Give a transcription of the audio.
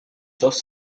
dos